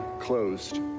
closed